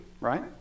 right